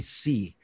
see